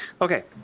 Okay